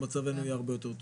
מצבנו אז יהיה הרבה יותר טוב.